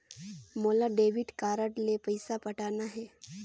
मोला debit card ले पइसा पटाना हे?